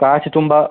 കാശിത്തുമ്പ